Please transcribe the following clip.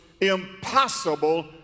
impossible